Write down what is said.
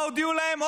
מה הודיעו להם?